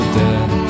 dead